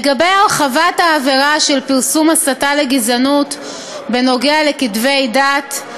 לגבי הרחבת העבירה של פרסום הסתה לגזענות בנוגע לכתבי דת,